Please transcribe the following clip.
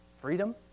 freedom